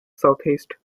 southeast